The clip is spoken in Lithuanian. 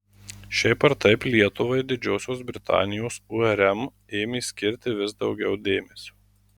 šiaip ar taip lietuvai didžiosios britanijos urm ėmė skirti vis daugiau dėmesio